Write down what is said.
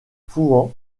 fouan